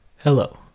Hello